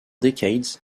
decades